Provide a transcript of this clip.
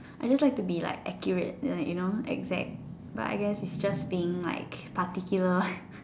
I just like to be like accurate ya you know exact but I guess it's just being like particular